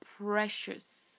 precious